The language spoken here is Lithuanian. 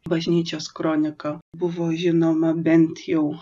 bažnyčios kronika buvo žinoma bent jau